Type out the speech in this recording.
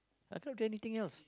I cannot do anything else